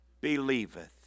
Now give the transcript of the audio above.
believeth